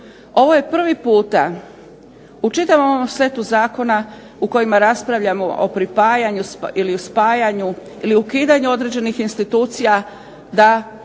Ovo je prvi puta u čitavom ovom setu zakona u kojima raspravljamo o pripajanju ili o spajanju ili ukidanju određenih institucija da